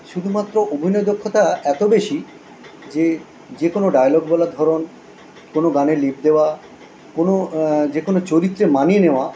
শুধুমাত্র অভিনয় দক্ষতা এত বেশি যে যে কোনো ডায়লগ বলার ধরন কোনো গানে লিপ দেওয়া কোনো যে কোনো চরিত্রে মানিয়ে নেওয়া